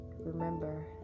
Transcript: Remember